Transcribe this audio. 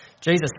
Jesus